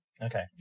Okay